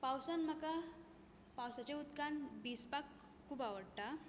पावसांत म्हाका पावसाच्या उदकांत भिजपाक खूब आवडटा